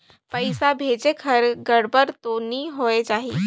पइसा भेजेक हर गड़बड़ तो नि होए जाही?